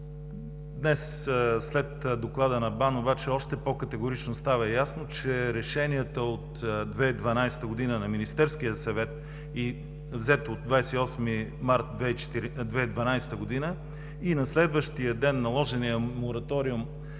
Днес, след доклада на БАН още по-категорично става ясно, че решенията от 2012 г. на Министерския съвет от 28 март 2012 г. и на следващия ден – наложения мораториум